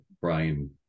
brian